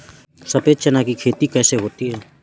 सफेद चना की खेती कैसे होती है?